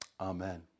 Amen